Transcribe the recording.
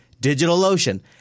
DigitalOcean